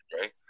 right